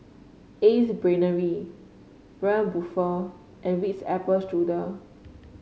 Ace Brainery Braun Buffel and Ritz Apple Strudel